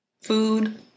food